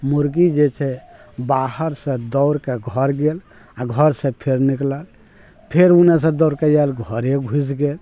मुर्गी जे छै बाहर सऽ दौड़के घर गेल आ घर से फेर निकलल फेर उने से दौड़के अयल घरे घुसि गेल